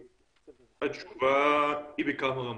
התשובה היא בכמה רמות.